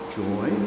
joy